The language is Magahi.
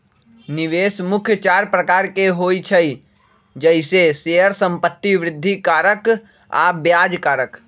निवेश मुख्य चार प्रकार के होइ छइ जइसे शेयर, संपत्ति, वृद्धि कारक आऽ ब्याज कारक